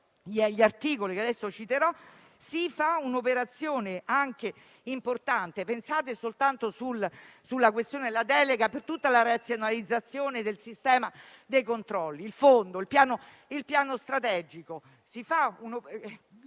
gli articoli che adesso citerò, si fa un'operazione importante ad esempio con riguardo alla questione della delega per la razionalizzazione del sistema dei controlli, del fondo, del piano strategico.